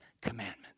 commandment